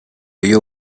you